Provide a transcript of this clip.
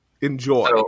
enjoy